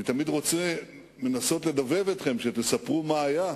אני תמיד רוצה לנסות לדובב אתכם שתספרו מה היה.